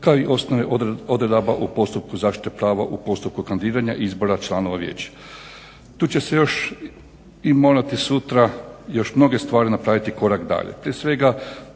kao i osnovnih odredaba u postupku zaštite prava u postupku kandidiranja izbora članova vijeća. Tu će se još i morati sutra još mnoge stvari napraviti korak dalje.